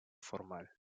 formal